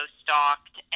stalked